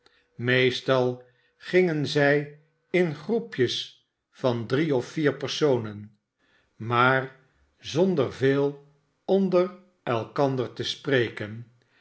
meestal gingen zij in troepjes van drie of vier personen maar zonder veel onder elkander te spreken